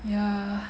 yeah